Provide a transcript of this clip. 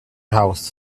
house